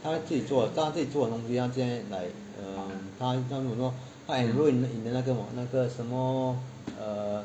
她会自己做的她会自己做的东西 like uh 她讲说 I grow in 那个什么 err